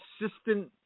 consistent